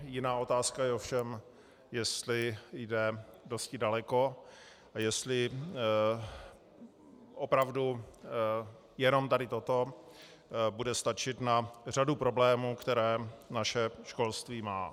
Jiná otázka je ovšem, jestli jde dosti daleko a jestli opravdu jenom tady toto bude stačit na řadů problémů, které naše školství má.